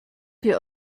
wir